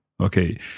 Okay